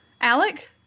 Alec